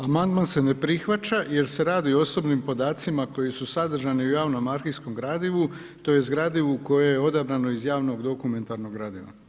Amandman se ne prihvaća jer se radi o osobnim podacima koji su sadržani u javnom arhivskom gradivu, tj. gradivu koje je odabrano iz javnog dokumentarnog gradiva.